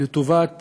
לטובת